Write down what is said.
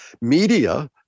media